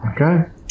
Okay